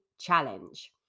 challenge